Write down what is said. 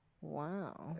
Wow